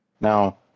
Now